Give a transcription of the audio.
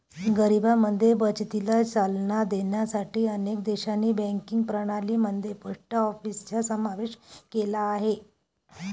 गरिबांमध्ये बचतीला चालना देण्यासाठी अनेक देशांनी बँकिंग प्रणाली मध्ये पोस्ट ऑफिसचा समावेश केला आहे